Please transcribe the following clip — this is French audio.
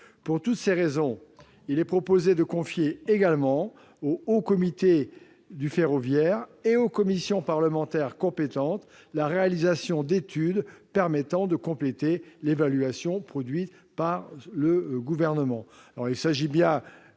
Pour toutes ces raisons, il est proposé de confier également au Haut Comité du système de transport ferroviaire et aux commissions parlementaires compétentes la réalisation d'études permettant de compléter l'évaluation produite par le Gouvernement.